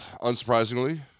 unsurprisingly